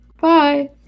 Bye